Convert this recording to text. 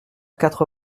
quatre